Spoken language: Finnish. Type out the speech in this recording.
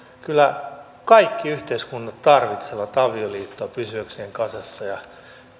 kyllä kaikki yhteiskunnat tarvitsevat avioliittoa pysyäkseen kasassa ja